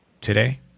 today